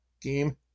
game